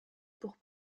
pour